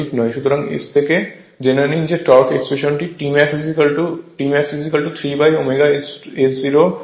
সুতরাং S থেকে জেনে নিন যে torque expression T max3ω S05 V 2x 2 হয়